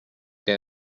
què